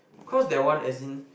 cause that one as in